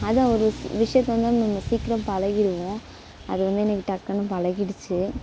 அதுதான் ஒரு விஷயத்தை வந்து நம்ம சீக்கிரம் பழகிருவோம் அது வந்து எனக்கு டக்குன்னு பழகிடுச்சி